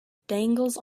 dangles